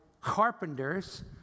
carpenters